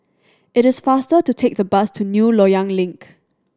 it is faster to take the bus to New Loyang Link